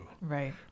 right